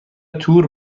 تور